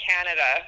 Canada